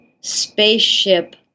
spaceship